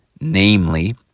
namely